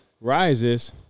rises